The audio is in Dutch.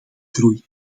groei